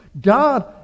God